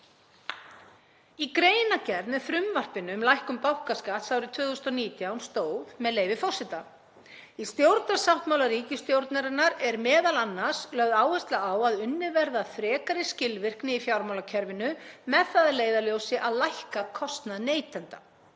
Í greinargerð með frumvarpinu um lækkun bankaskatts árið 2019 stóð, með leyfi forseta: „Í stjórnarsáttmála ríkisstjórnarinnar er m.a. lögð áhersla á að unnið verði að frekari skilvirkni í fjármálakerfinu með það að leiðarljósi að lækka kostnað neytenda.“